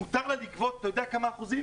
מותר לה לגבות אתה יודע כמה אחוזים?